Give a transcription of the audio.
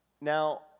Now